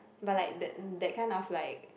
but like that that kind of like